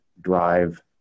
drive